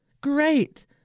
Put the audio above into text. Great